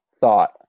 thought